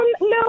no